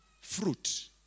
fruit